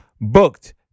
Booked